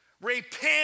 repent